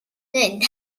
mynd